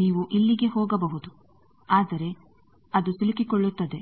ನೀವು ಇಲ್ಲಿಗೆ ಹೋಗಬಹುದು ಆದರೆ ಅದು ಸಿಲುಕಿಕೊಳ್ಳುತ್ತದೆ